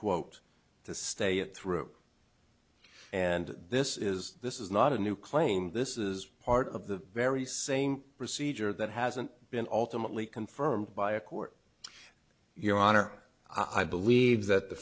quote to stay it through and this is this is not a new claim this is part of the very same procedure that hasn't been alternately confirmed by a court your honor i believe that the